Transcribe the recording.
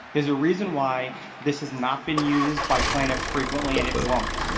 there's a reason why this has not been used by plaintiffs frequently, and it won't.